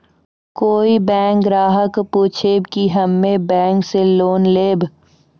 कोई बैंक ग्राहक पुछेब की हम्मे बैंक से लोन लेबऽ?